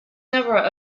never